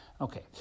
Okay